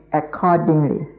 accordingly